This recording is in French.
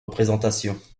représentations